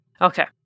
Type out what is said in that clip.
Okay